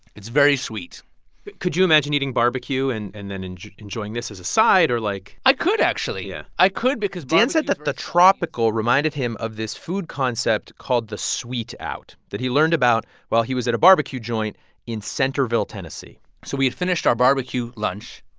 it's very sweet could you imagine eating barbecue and and then enjoy enjoying this as a side or, like. i could, actually yeah i could because. dan said that the tropickle reminded him of this food concept called the sweet out that he learned about while he was at a barbecue joint in centerville, tenn so we had finished our barbecue lunch.